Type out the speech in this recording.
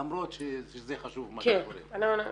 למרות שזה חשוב מה שקורה.